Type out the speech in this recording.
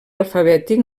alfabètic